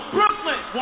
Brooklyn